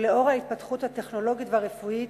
ולאור ההתפתחות הטכנולוגית והרפואית,